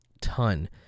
ton